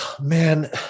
man